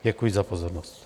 Děkuji za pozornost.